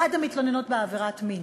בעד המתלוננות בעבירת מין,